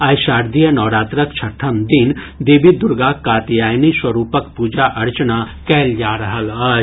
आइ शारदीय नवरात्रक छठम् दिन देवी दुर्गाक कात्यायनी स्वरूपक पूजा अर्चना कयल जा रहल अछि